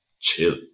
chill